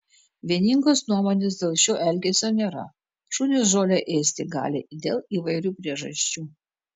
vieningos nuomonės dėl šio elgesio nėra šunys žolę ėsti gali dėl įvairių priežasčių